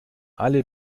alle